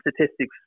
statistics